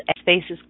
spaces